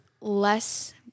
less –